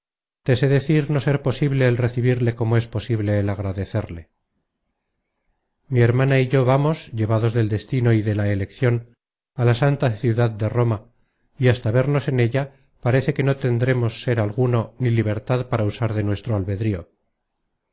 te sé decir no ser posible el recebirle como es posible el agradecerle mi hermana y yo vamos llevados del destino y de la eleccion á la santa ciudad de roma y hasta vernos en ella parece que no tenemos ser alguno ni libertad para usar de nuestro albedrío